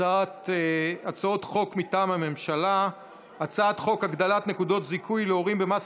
הצעת חוק הגדלת נקודות זיכוי להורים במס